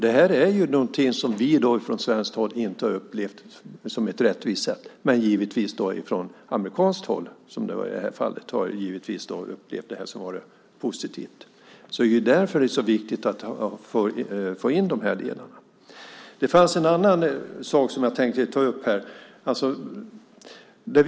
Det är någonting som vi från svenskt håll inte har upplevt som ett rättvist sätt, men givetvis har man från amerikanskt håll i det fallet upplevt det som positivt. Det är därför som det är så viktigt att få in de här delarna. Det var en annan sak som jag tänkte ta upp.